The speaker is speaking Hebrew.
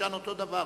יישן אותו דבר,